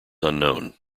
unknown